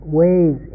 ways